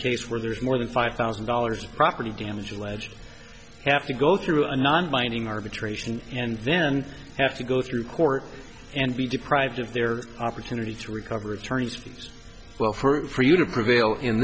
case where there's more than five thousand dollars property damage alleged have to go through a non binding arbitration and then have to go through court and be deprived of their opportunity to recover attorney's fees well for you to prevail in